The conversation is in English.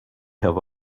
have